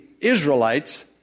Israelites